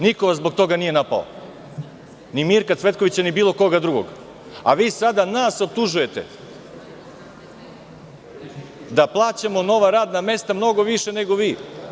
Niko vas zbog toga nije napao, ni Mirka Cvetkovića, ni bilo koga drugog, a vi sada nas optužujete da plaćamo nova radna mesta mnogo više nego vi.